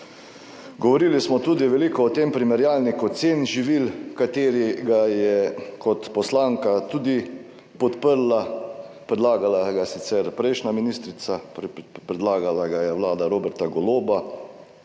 Govorili smo tudi veliko o tem primerjalniku cen živil, katerega je kot poslanka tudi podprla, predlagala ga je sicer prejšnja ministrica, predlagala ga je Vlada Roberta Goloba.